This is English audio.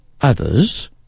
Others